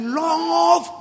love